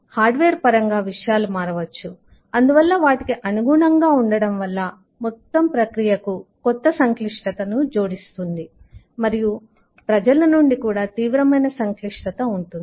hard wear పరంగా విషయాలు మారవచ్చు అందువల్ల వాటికి అనుగుణంగా ఉండడం మొత్తం ప్రక్రియకు కొత్త సంక్లిష్టతను జోడిస్తుంది మరియు ప్రజల నుండి తీవ్రమైన సంక్లిష్టత ఉంది